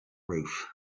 roof